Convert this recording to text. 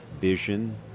vision